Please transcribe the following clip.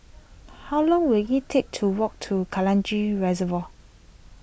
how long will it take to walk to Kranji Reservoir